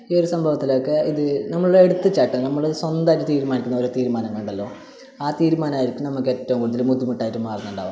ഈ ഒരു സംഭവത്തിലൊക്കെ ഇത് നമ്മളെ എടുത്തുചാട്ടം നമ്മൾ സ്വന്തമായിട്ട് തീരുമാനിക്കുന്ന ഓരോ തീരുമാനങ്ങൾ ഉണ്ടല്ലോ ആ തീരുമാനമായിരിക്കും നമുക്ക് ഏറ്റവും കൂടുതൽ ബുദ്ധിമുട്ടായിട്ട് മാറുന്നുണ്ടാവുക